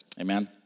Amen